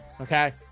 Okay